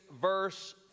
verse